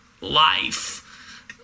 life